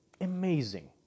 amazing